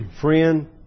Friend